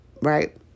right